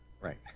right